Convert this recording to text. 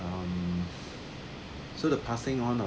um so the passing one ah